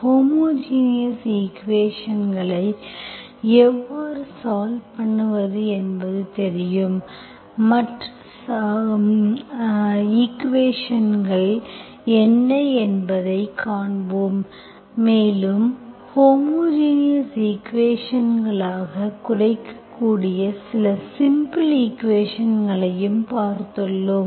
homogeneous ஈக்குவேஷன்ஸ்களை எவ்வாறு solve பண்ணுவது என்பது தெரியும் மற்ற சஈக்குவேஷன்ஸ்கள் என்ன என்பதை காண்போம் மேலும் ஹோமோஜினஸ் ஈக்குவேஷன்ஸ்களாகக் குறைக்கக்கூடிய சில சிம்பிள் ஈக்குவேஷன்ஸ்களையும் பார்த்துள்ளோம்